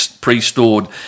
pre-stored